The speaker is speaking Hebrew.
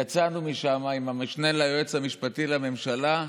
יצאנו משם עם המשנה ליועץ המשפטי לממשלה,